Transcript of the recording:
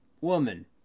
woman